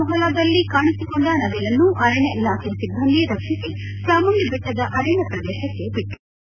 ಮೊಹಲ್ಲಾದಲ್ಲಿ ಕಾಣಿಸಿಕೊಂಡ ನವಿಲನ್ನು ಅರಣ್ಯ ಇಲಾಖೆ ಸಿಬ್ಬಂದಿ ರಕ್ಷಿಸಿ ಚಾಮುಂಡಿಬೆಟ್ಟದ ಅರಣ್ಯ ಪ್ರದೇಶಕ್ಕೆ ಬಿಟ್ಟಿದ್ದಾರೆ